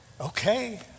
okay